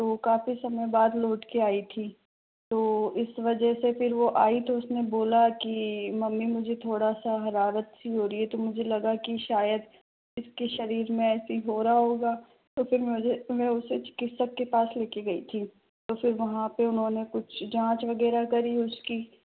तो काफ़ी समय बाद लौट के आई थी तो इस वजह से फिर वो आई तो उसने बोला कि मम्मी मुझे थोड़ा सा हरारत सी हो रही है तो मुझे लगा कि शायद इसके शरीर में ऐसे ही हो रहा होगा तो फिर मुझे मैं उसे चिकित्सक के पास लेके गई थी तो फिर वहाँ पे उन्होंने कुछ जाँच वगैरह करी उसकी